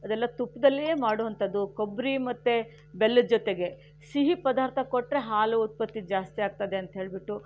ಅದೆಲ್ಲ ತುಪ್ಪದಲ್ಲಿಯೇ ಮಾಡುವಂಥದ್ದು ಕೊಬ್ಬರಿ ಮತ್ತು ಬೆಲ್ಲದ ಜೊತೆಗೆ ಸಿಹಿ ಪದಾರ್ಥ ಕೊಟ್ಟರೆ ಹಾಲು ಉತ್ಪತ್ತಿ ಜಾಸ್ತಿ ಆಗ್ತದೆ ಅಂತ ಹೇಳಿಬಿಟ್ಟು